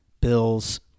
Bills